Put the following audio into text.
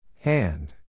Hand